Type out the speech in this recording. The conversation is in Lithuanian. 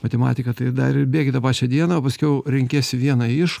matematika tai dar ir bėgi tą pačią dieną o paskiau renkiesi vieną iš